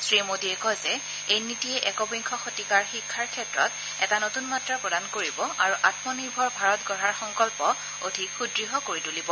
শ্ৰীমোদীয়ে কয় যে এই নীতিয়ে একবিংশ শতিকাৰ শিক্ষাৰ ক্ষেত্ৰত এটা নতুন মাত্ৰ প্ৰদান কৰিব আৰু আম্মনিৰ্ভৰ ভাৰত গঢ়াৰ সংকল্প অধিক সুদ্য় কৰি তুলিব